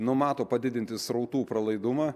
numato padidinti srautų pralaidumą